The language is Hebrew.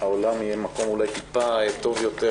העולם יהיה מקום טיפה טוב יותר,